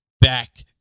back